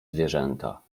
zwierzęta